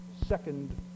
second